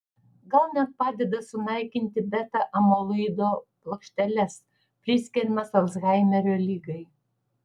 gal net padeda sunaikinti beta amiloido plokšteles priskiriamas alzhaimerio ligai